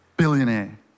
billionaire